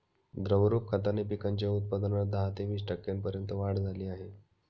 द्रवरूप खताने पिकांच्या उत्पादनात दहा ते वीस टक्क्यांपर्यंत वाढ झाली आहे